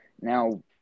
now